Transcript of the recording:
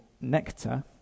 nectar